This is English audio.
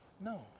No